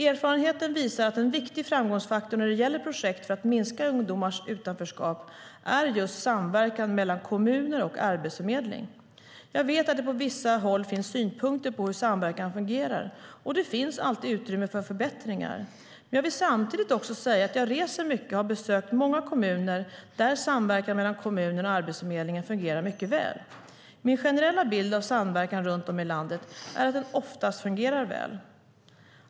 Erfarenheten visar att en viktig framgångsfaktor när det gäller projekt för att minska ungdomars utanförskap är just samverkan mellan kommuner och Arbetsförmedlingen. Jag vet att det på vissa håll finns synpunkter på hur samverkan fungerar, och det finns alltid utrymme för förbättringar. Men jag vill samtidigt säga att jag reser mycket och har besökt många kommuner där samverkan mellan kommunen och Arbetsförmedlingen fungerar mycket väl. Min generella bild av samverkan runt om i landet är att den oftast fungerar väl.